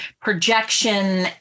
projection